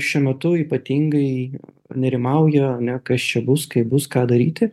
šiuo metu ypatingai nerimauja ane kas čia bus kaip bus ką daryti